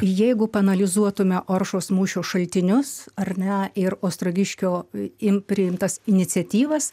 jeigu paanalizuotume oršos mūšio šaltinius ar ne ir ostrogiškio im priimtas iniciatyvas